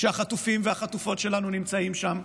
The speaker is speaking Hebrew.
כשהחטופים והחטופות שלנו נמצאים שם,